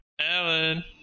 Alan